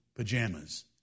pajamas